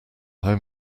how